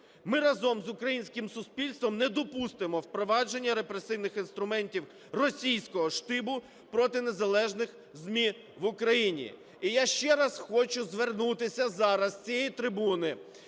Ми разом з українським суспільством не допустимо впровадження репресивних інструментів російського штибу проти незалежних ЗМІ в Україні. І я ще раз хочу звернутися зараз з цієї трибуни